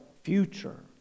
future